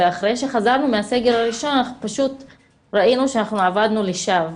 ואחרי שחזרנו מהסגר הראשון ראינו שעבדנו לשווא,